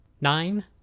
Nine